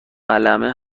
قلمه